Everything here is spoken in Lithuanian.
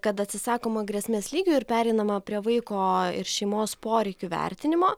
kad atsisakoma grėsmės lygio ir pereinama prie vaiko ir šeimos poreikių vertinimo